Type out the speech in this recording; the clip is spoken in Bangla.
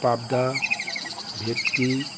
পাবদা ভেটকি